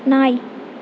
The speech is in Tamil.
நாய்